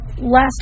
Last